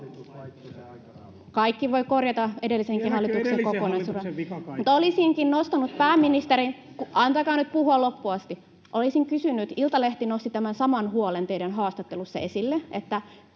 Kaikki voi korjata, edellisenkin hallituksen kokonaisuuden. — Olisinkin nostanut, pääministeri... — Antakaa nyt puhua loppuun asti. — Olisin kysynyt, kun Iltalehti nosti tämän saman huolen teidän haastattelussanne esille,